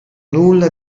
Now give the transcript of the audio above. nulla